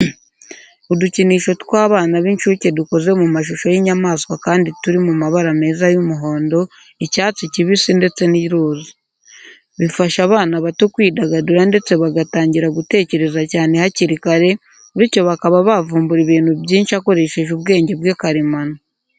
Udukinisho tw'abana b'incuke dukoze mu mashusho y'inyamaswa kandi turi mu mabara meza y'umuhondo, icyatsi kibisi ndetse n'iroza. Bifasha abana bato kwidagadura ndetse bagatangira gutekereza cyane hakiri kare, bityo bakaba bavumbura ibintu byinshi akoresheje ubwenge bwe karemano.